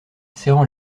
serrant